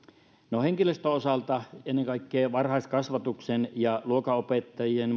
no henkilöstön osalta ennen kaikkea varhaiskasvatuksen ja luokanopettajien